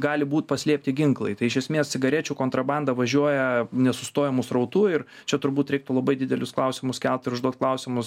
gali būt paslėpti ginklai tai iš esmės cigarečių kontrabanda važiuoja nesustojamu srautu ir čia turbūt reiktų labai didelius klausimus kelt ir užduot klausimus